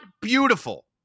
beautiful